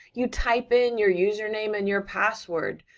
you type in your username and your password,